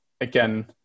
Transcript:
again